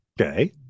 Okay